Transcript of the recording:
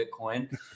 Bitcoin